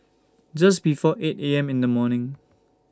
Just before eight A M in The morning